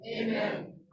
Amen